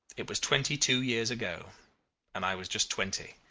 it was twenty-two years ago and i was just twenty.